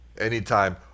Anytime